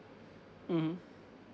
mmhmm